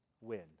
win